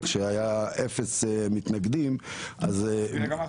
שהיה לו אפס מתנגדים --- תגיד מה החוק.